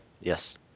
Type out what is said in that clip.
Yes